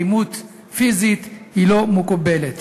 אלימות פיזית, לא מקובלת.